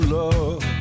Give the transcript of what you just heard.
love